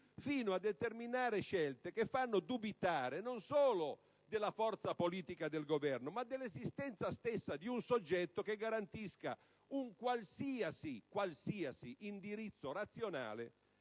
fino a determinare scelte che fanno dubitare non solo della forza politica del Governo, ma dell'esistenza stessa di un soggetto che garantisca un qualsiasi indirizzo razionale